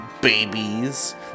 Babies